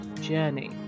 Journey